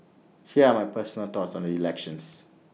here are my personal thoughts on the elections